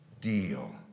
deal